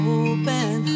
open